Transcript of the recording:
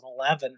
2011